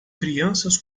crianças